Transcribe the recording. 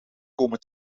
komen